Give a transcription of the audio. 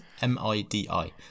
M-I-D-I